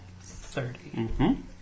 thirty